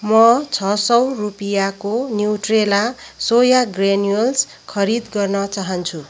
म छ सय रुपियाँको न्युट्रेला सोया ग्रेन्युल्स खरिद गर्न चाहान्छु